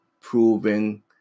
proving